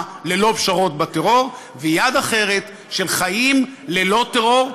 ללא פשרות בטרור ויד אחרת של חיים ללא טרור,